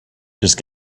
just